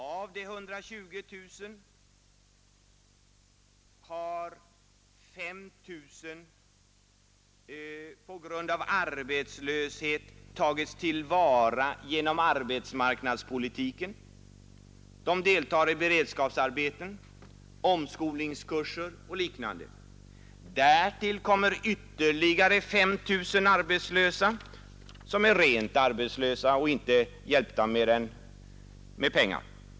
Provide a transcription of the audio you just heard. Av dessa 120 000 har 5 000 på grund av arbetslöshet tagits till vara genom arbetsmarknadspolitiken. De deltar i beredskapsarbeten, omskolningskurser och liknande. Därtill kommer ytterligare 5 000 rent arbetslösa som inte är hjälpta mer än med pengar.